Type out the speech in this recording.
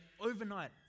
overnight